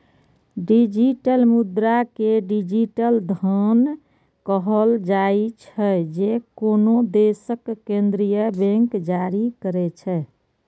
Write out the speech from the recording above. digital मुद्रा कें digital धन कहल जाइ छै, जे कोनो देशक केंद्रीय बैंक जारी करै छै